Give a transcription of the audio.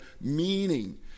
meaning